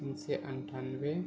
तीनशे अठ्याण्णव